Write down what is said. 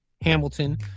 Hamilton